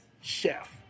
Chef